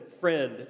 friend